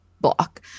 block